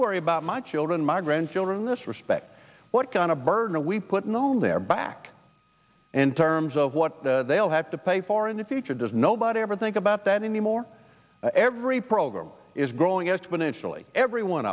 worry about my children my grandchildren in this respect what kind of burden we put on their back and terms of what they'll have to pay for in the future does nobody ever think about that anymore every program is growing exponentially everyone